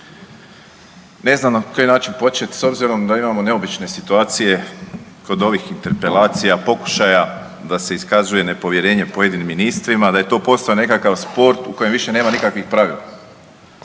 Ne znam na koji način počet s obzirom da imamo neobične situacije kod ovih interpelacija, pokušaja da se iskazuje nepovjerenje pojedinim ministrima, da je to postao nekakav sport u kojem više nema nikakvih pravila.